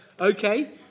okay